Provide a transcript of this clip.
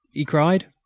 he cried.